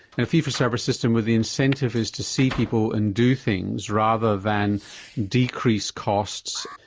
and fee for service system where the incentive is to see people and do things rather than decrease costs.